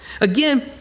Again